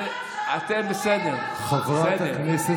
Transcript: אתה עכשיו דובי לא-לא, אתה עכשיו,